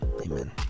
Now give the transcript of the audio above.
amen